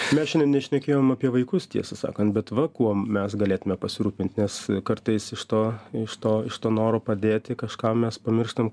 mes šiandien nešnekėjom apie vaikus tiesą sakant bet va kuom mes galėtume pasirūpint nes kartais iš to iš to iš to noro padėti kažkam mes pamirštam